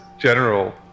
general